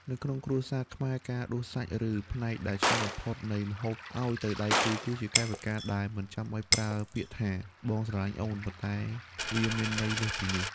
នៅក្នុងគ្រួសារខ្មែរ ការដួសសាច់ ឬផ្នែកដែលឆ្ងាញ់បំផុតនៃម្ហូបឱ្យទៅដៃគូ គឺជាកាយវិការដែលមិនចាំបាច់ប្រើពាក្យថា «បងស្រឡាញ់អូន» ប៉ុន្តែវាមានន័យលើសពីនេះ។